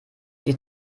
die